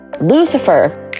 Lucifer